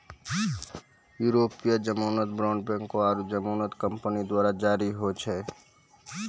यूरोपीय जमानत बांड बैंको आरु जमानत कंपनी द्वारा जारी होय छै